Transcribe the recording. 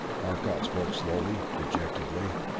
arcot spoke slowly, dejectedly.